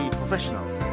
professionals